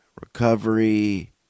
recovery